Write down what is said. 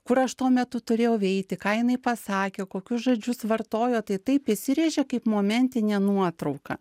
kur aš tuo metu turėjau eiti ką jinai pasakė kokius žodžius vartojo tai taip įsirėžė kaip momentinė nuotrauka